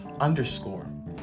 underscore